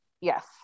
yes